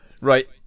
Right